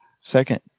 Second